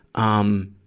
um,